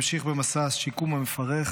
ממשיך במסע השיקום המפרך,